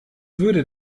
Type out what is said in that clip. würde